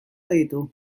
ditu